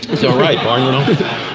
so right, barnes and um